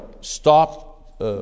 stop